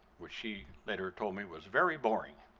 which she later told me was very boring,